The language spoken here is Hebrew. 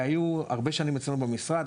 היו במשך הרבה שנים אצלנו במשרד,